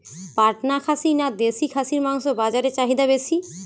পাটনা খাসি না দেশী খাসির মাংস বাজারে চাহিদা বেশি?